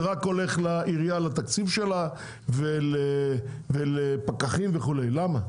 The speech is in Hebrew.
זה רק הולך לעירייה לתקציב שלה ולפקחים וכו', למה?